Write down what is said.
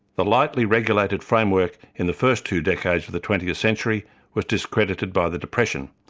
the lightly-regulated framework in the first two decades of the twentieth century was discredited by the depression,